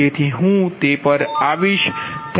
તેથી હું તે પર આવીશ